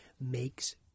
makes